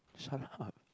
shut up